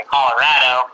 Colorado